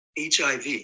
HIV